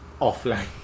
offline